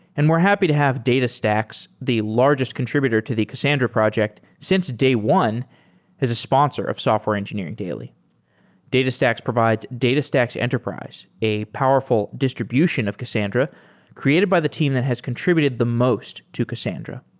and we're happy to have datastax, the largest contributed to the cassandra project since day one as a sponsor of software engineering daily datastax provides datastax enterprise, a powerful distribution of cassandra created by the team that has contributed the most to cassandra.